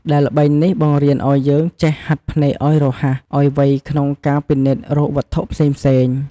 ដែលល្បែងនេះបង្រៀនឲ្យយើងចេះហាត់ភ្នែកឲ្យរហ័ស ឲ្យវៃក្នុងការពិនិត្យរកវត្ថុផ្សេងៗ។